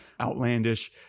outlandish